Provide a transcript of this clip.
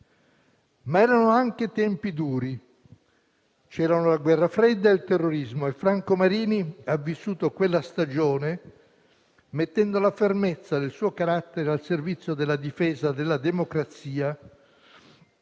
Ma erano anche tempi duri: c'erano la Guerra fredda e il terrorismo, e Franco Marini ha vissuto quella stagione mettendo la fermezza del suo carattere al servizio della difesa della democrazia